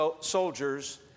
soldiers